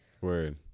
Word